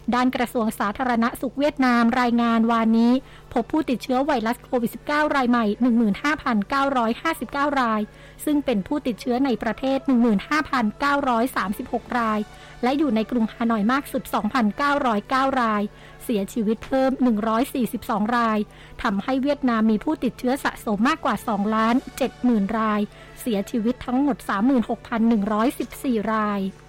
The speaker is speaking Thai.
ด้านกระทรวงสาธารณสุขเวียดนามรายงานวานนี้พบผู้ติดเชื้อไวรัส โควิด-19 รายใหม่ 15,959 ราย ซึ่งเป็นผู้ติดเชื้อในประเทศ 15,936 ราย และอยู่ในกรุงฮานอยมากสุด 2,909 ราย เสียชีวิตเพิ่ม 142 ราย ทำให้เวียดนามมีผู้ติดเชื้อสะสมมากกว่า 2,070,000 ราย เสียชีวิตทั้งหมด 36,114 ราย